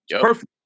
Perfect